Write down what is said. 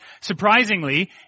Surprisingly